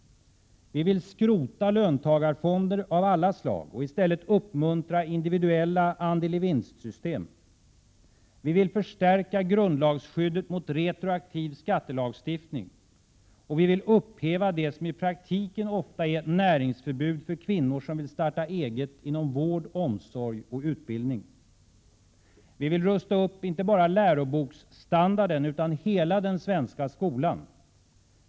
Vi vill skrota löntagarfonder av alla slag och i stället uppmuntra individuella andel-i-vinstsystem. Vi vill förstärka grundlagsskyddet mot retroaktiv skattelagstiftning. Och vi vill upphäva det som i praktien ofta är ett näringsförbud för kvinnor som vill starta eget inom vård, omsorg och utbildning. Vi vill rusta upp inte bara läroboksstandarden utan hela den svenska skolan.